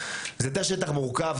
זה תא שטח מורכב,